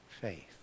faith